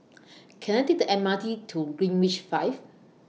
Can I Take The M R T to Greenwich V